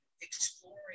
exploring